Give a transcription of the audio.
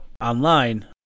online